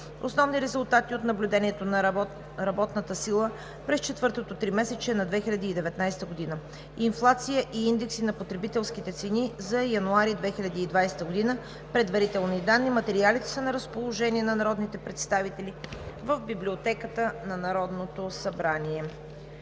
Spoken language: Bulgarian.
основни резултати от наблюдението на работната сила през четвъртото 3-месечие на 2019 г., инфлация и индекси на потребителските цени за януари 2020 г. – предварителни данни. Материалите са на разположение на народните представители в Библиотеката на Народното събрание.